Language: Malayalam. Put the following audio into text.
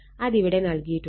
അതിവിടെ നൽകിയിട്ടുണ്ട്